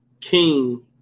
King